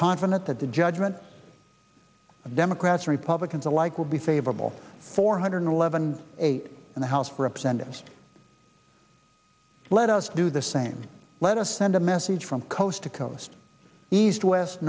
confident that the judgment of democrats republicans alike will be favorable four hundred eleven eight in the house of representatives let us do the same let us send a message from coast to coast east west